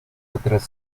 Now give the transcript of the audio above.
otras